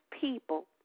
people